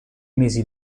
mesi